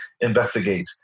investigate